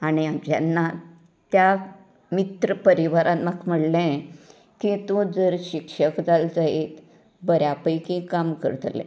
आनी हांव जेन्ना त्या मित्र परिवारान म्हाका म्हळ्ळें की तूं जर शिक्षक जालें जायत बऱ्या पैकीं काम करतलें